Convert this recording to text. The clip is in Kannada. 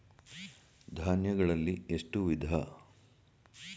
ಧಾನ್ಯಗಳಲ್ಲಿ ಎಷ್ಟು ವಿಧ?